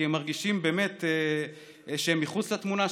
כי הם מרגישים באמת שהם מחוץ לתמונה,